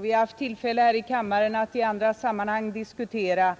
Vi har haft tillfälle här i kammaren att i andra sammanhang diskutera